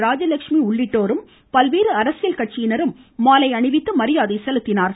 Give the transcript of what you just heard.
ராஜலெஷ்மி உள்ளிட்டோரும் பல்வேறு அரசியல் கட்சியினரும் மாலை அணிவித்து மரியாதை செலுத்தினர்